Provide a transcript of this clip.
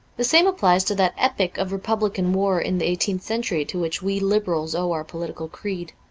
the same applies to that epic of re publican war in the eighteenth century to which we liberals owe our political creed.